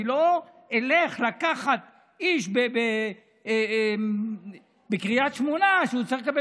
ואני לא אלך לקחת איש בקריית שמונה שצריך לקבל